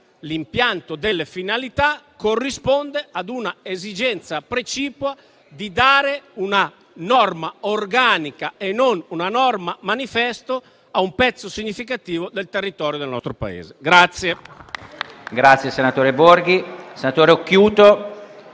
l'impianto delle finalità corrisponde ad una esigenza precipua di dare una norma organica e non una norma manifesto a un pezzo significativo del territorio del nostro Paese.